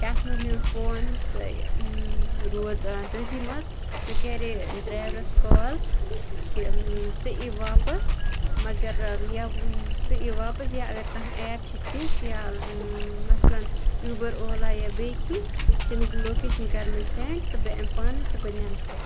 یَتھ مَنٛز مےٚ فون تہٕ بیٚیہِ روٗد تٔتھی مَنٛز مےٚ کَرے ڈرَیورَس کال کہِ ژٕ یہِ واپَس مَگَر ژٕ یہِ واپَس یا اَگَر کانٛہہ ایپ چھِ تِژھ یا مَثلاً ایوٗبَر اولا یا بییٚہِ کینٛہہ تمِچ لوکیشَن کَر مےٚ سینٛڈ تہٕ بہٕ یِمہ پانہٕ تہٕ بہٕ نمہٕ سُہ